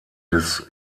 des